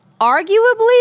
arguably